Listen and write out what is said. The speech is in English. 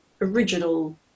original